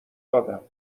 دادم